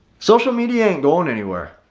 social media ain't going anywhere.